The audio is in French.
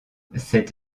cette